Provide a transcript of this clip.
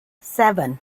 seven